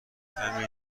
کمی